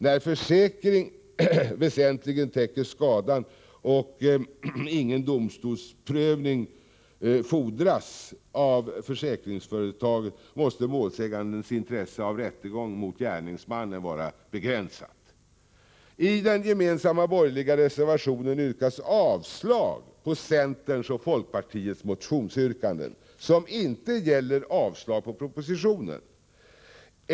När försäkring väsentligen täcker skadan och ingen domstolsprövning fordras av försäkringsföretaget, måste målsägandens intresse av rättegång mot gärningsmannen anses vara begränsat. I den gemensamma borgerliga reservationen yrkas avslag på centerns och folkpartiets motionsyrkanden, som inte gäller avslag på propositionen.